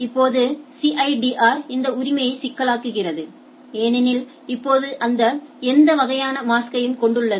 இப்போது சிஐடிஆர் இந்த உரிமையை சிக்கலாக்குகிறது ஏனெனில் இப்போது அது எந்த வகையான மாஸ்க்யையும் கொண்டுள்ளது